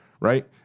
Right